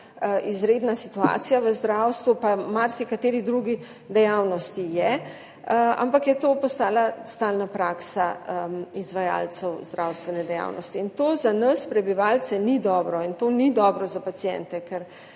izredna situacija v zdravstvu, pa v marsikateri drugi dejavnosti je, ampak je to postala stalna praksa izvajalcev zdravstvene dejavnosti. To za nas prebivalce ni dobro in to ni dobro za paciente, ker